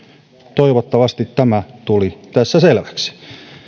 toivottavasti tämä tuli tässä selväksi